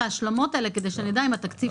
ההשלמות האלה כדי שנדע אם התקציב סופי.